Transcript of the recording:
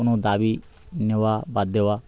কোনো দাবি নেওয়া বা দেওয়া